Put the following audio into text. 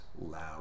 loud